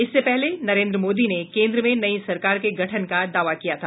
इससे पहले नरेन्द्र मोदी ने केन्द्र में नई सरकार के गठन का दावा किया था